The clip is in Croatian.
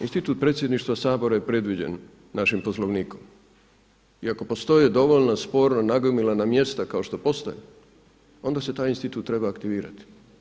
Institut predsjedništva Sabora je predviđen našim Poslovnikom i ako postoje dovoljno sporno nagomilana mjesta, kao što postoje, onda se taj institut treba aktivirati.